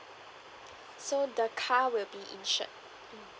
so the car will be insured mm